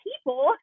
people